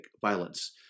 violence